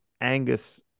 Angus